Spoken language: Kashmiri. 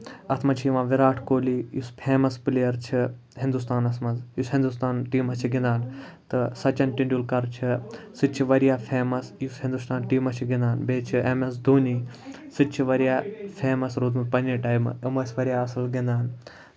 تہٕ اَتھ منٛز چھُ یِوان وِراٹھ کوہلی یُس فیمَس پِلیر چھُ ہِندوستانَس منٛز یُس ہِندوستان ٹیٖمَس چھُ گِندان تہٕ سٔچِن ٹینڈیوٗلکر چھُ سُہ تہِ چھُ واریاہ فیمَس یُس ہِندوستان ٹیٖمَس چھُ گِندان بیٚیہِ چھُ ایم ایس دونی سُہ تہِ چھُ واریاہ فیمَس روٗدمُت پَنٕنہِ ٹایمہٕ یِم ٲسۍ واریاہ اَصٕل گِندان